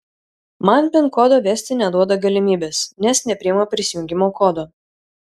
man pin kodo vesti neduoda galimybės nes nepriima prisijungimo kodo